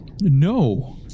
no